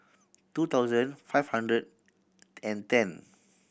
two thousand five hundred and ten